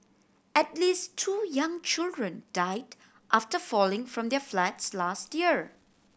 at least two young children died after falling from their flats last year